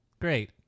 Great